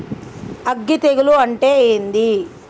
అగ్గి తెగులు అంటే ఏంది?